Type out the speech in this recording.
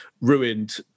ruined